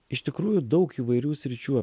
iš tikrųjų daug įvairių sričių